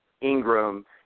Ingram